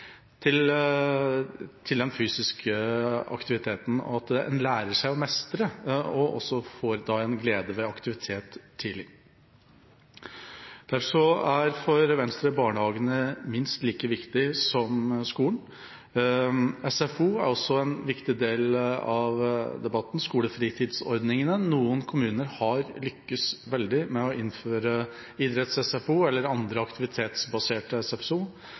til den fysiske aktiviteten og at en lærer seg å mestre og får glede ved aktivitet tidlig. Derfor er barnehagen minst like viktig som skolen for Venstre. Skolefritidsordningene er også en viktig del av debatten. Noen kommuner har lyktes veldig godt med å innføre idretts-SFO eller andre aktivitetsbaserte